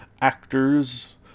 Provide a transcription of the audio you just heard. actors